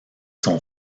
son